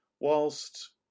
whilst